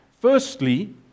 Firstly